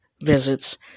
visits